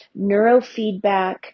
Neurofeedback